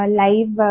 live